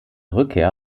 rückkehr